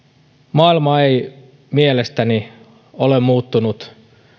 maailma ei mielestäni ole muuttunut